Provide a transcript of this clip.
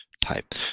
type